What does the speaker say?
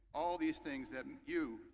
all of these things that and you,